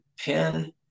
pin